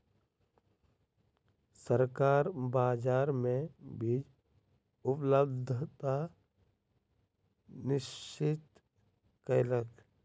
सरकार बाजार मे बीज उपलब्धता निश्चित कयलक